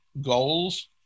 goals